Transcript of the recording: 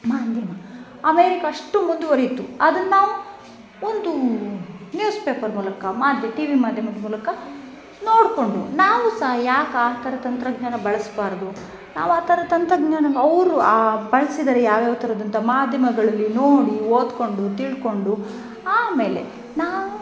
ಮಾಧ್ಯಮ ಅಮೇರಿಕ ಅಷ್ಟು ಮುಂದುವರೀತು ಅದನ್ನಾವು ಒಂದು ನ್ಯೂಸ್ ಪೇಪರ್ ಮೂಲಕ ಮಾಧ್ಯ ಟಿವಿ ಮಾಧ್ಯಮದ್ ಮೂಲಕ ನೋಡ್ಕೊಂಡು ನಾವು ಸಹ ಯಾಕೆ ಆ ಥರ ತಂತ್ರಜ್ಞಾನ ಬಳಸಬಾರ್ದು ನಾವು ಆ ಥರ ತಂತ್ರಜ್ಞಾನ ಅವರು ಆ ಬಳಸಿದ್ದಾರೆ ಯಾವ ಯಾವ ಥರದ್ದು ಅಂತ ಮಾಧ್ಯಮಗಳಲ್ಲಿ ನೋಡಿ ಓದಿಕೊಂಡು ತಿಳ್ಕೊಂಡು ಆಮೇಲೆ ನಾವು